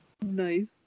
Nice